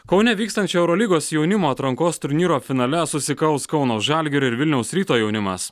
kaune vykstančio eurolygos jaunimo atrankos turnyro finale susikaus kauno žalgirio ir vilniaus ryto jaunimas